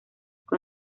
con